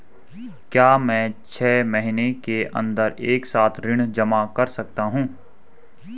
क्या मैं छः महीने के अन्दर एक साथ ऋण जमा कर सकता हूँ?